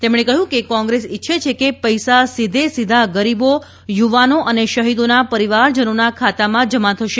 તેમણે કહ્યું કે કોંગ્રેસ ઇચ્છે છે કે પૈસા સીધે સીધા ગરીબો યુવાનો અને શહીદોના પરિવારજનોના ખાતામાં જમા થશે